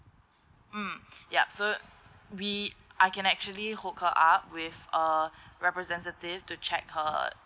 mm yup so we I can actually hook her up with a representative to check her